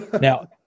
Now